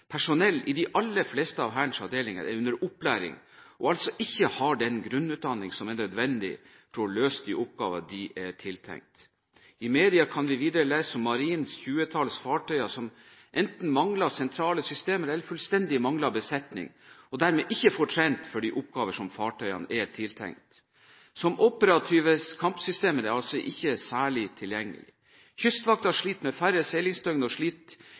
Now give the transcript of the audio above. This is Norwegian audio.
personell i de aller fleste av Hærens avdelinger er under opplæring og altså ikke har den grunnutdanning som er nødvendig for å løse de oppgaver de er tiltenkt. I media kan vi videre lese om Marinens tjuetalls fartøyer som enten mangler sentrale systemer eller fullstendig mangler besetning, og dermed ikke får trent for de oppgaver som fartøyene er tiltenkt. Som operative kampsystemer er de altså ikke særlig tilgjengelige. Kystvakten sliter med færre seilingsdøgn og